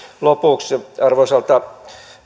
lopuksi arvoisalta